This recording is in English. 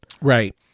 Right